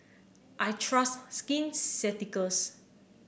I trust Skin Ceuticals